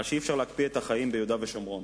על כך שאי-אפשר להקפיא את החיים ביהודה ושומרון,